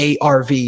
ARV